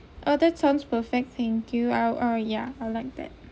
oh that sounds perfect thank you I'd I'd ya I'd like that